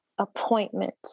Appointment